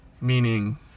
meaning